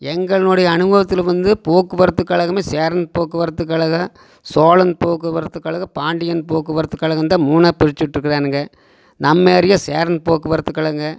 எங்களுடைய அனுபவத்தில் வந்து போக்குவரத்து கழகமே சேரன் போக்குவரத்து கழகம் சோழன் போக்குவரத்து கழகம் பாண்டியன் போக்குவரத்து கழகந்தான் மூனாக பிரிச்சு விட்ருக்குறானுங்க நம்ம ஏரியா சேரன் போக்குவரத்து கழகங்க